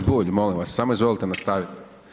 g. Bulj, molim vas, samo izvolite nastavit.